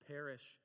Perish